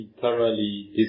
thoroughly